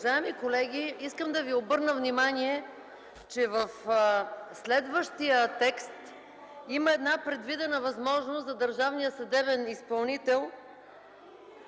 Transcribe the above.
Уважаеми колеги, искам да Ви обърна внимание, че в следващия текст има предвидена възможност за държавния съдебен изпълнител